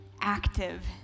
active